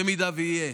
במידה שיהיה,